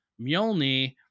Mjolnir